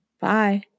Bye